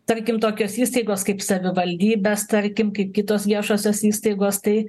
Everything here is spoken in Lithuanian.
tarkim tokios įstaigos kaip savivaldybės tarkim kaip kitos viešosios įstaigos tai